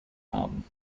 haben